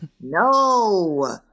no